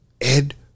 Ed